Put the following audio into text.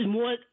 more